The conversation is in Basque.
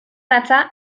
datza